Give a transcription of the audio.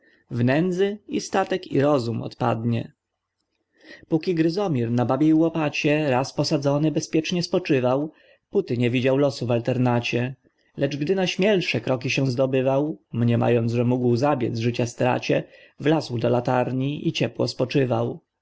nędzy i statek i rozum odpadnie póki gryzomir na babiej łopacie raz posadzony bezpiecznie spoczywał póty nie widział losu w alternacie lecz gdy na śmielsze kroki się zdobywał mniemając że mógł zabiedz życia stracie wlazł do latarni i ciepło spoczywał